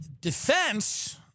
defense